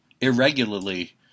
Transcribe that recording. irregularly